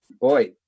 boy